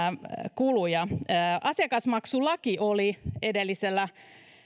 kuluja asiakasmaksulaki oli edellisellä